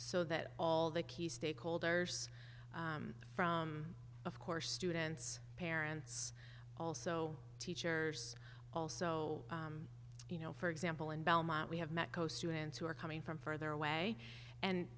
so that all the key stakeholders from of course students parents also teachers also you know for example in belmont we have meco students who are coming from further away and